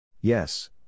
Yes